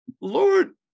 Lord